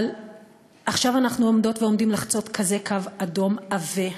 אבל עכשיו אנחנו עומדות ועומדים לחצות כזה קו אדום עבה,